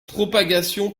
propagation